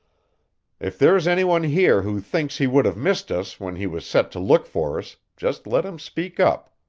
if there's any one here who thinks he would have missed us when he was set to look for us, just let him speak up,